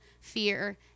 fear